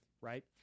right